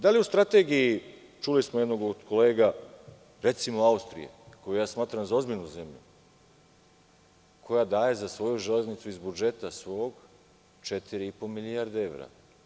Da li u strategiji, čuli smo od jednog od kolega, recimo Austrija, koju ja smatram za ozbiljnu zemlju, koja daje za svoju železnicu iz svog budžeta 4,5 milijarde evra.